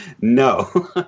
No